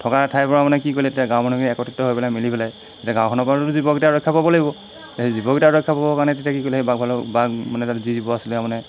থকা ঠাইবোৰ মানে কি কৰিলে তেতিয়া গাঁৱৰ মানুহে একত্ৰিত হৈ পেলাই মিলি পেলাই তেতিয়া গাঁওখনৰ পৰাও জীৱকেইটা ৰক্ষা পাব লাগিব সেই জীৱকেইটা ৰক্ষা পাবৰ কাৰণে তেতিয়া কি কৰিলে বাঘ ভালুক মানে তাত যি জীৱ আছিলে আৰু মানে